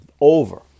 over